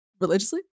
religiously